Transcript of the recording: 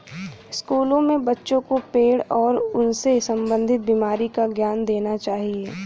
स्कूलों में बच्चों को पेड़ और उनसे संबंधित बीमारी का ज्ञान देना चाहिए